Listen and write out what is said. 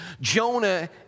Jonah